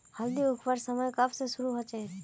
हल्दी उखरवार समय कब से शुरू होचए?